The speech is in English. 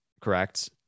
correct